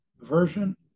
version